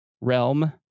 realm